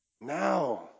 Now